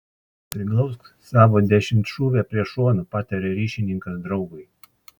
priglausk savo dešimtšūvę prie šono pataria ryšininkas draugui